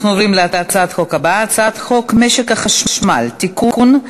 אנחנו עוברים להצעת החוק הבאה: הצעת חוק משק החשמל (תיקון,